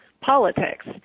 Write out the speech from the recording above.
politics